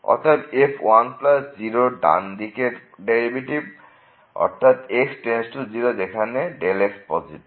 অতএব f 1 0 র ডান দিকের ডেরিভেটিভ অর্থাৎ x→0 যেখানে x পজিটিভ